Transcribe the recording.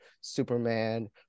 Superman